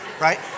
right